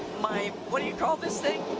my what do you call this thing?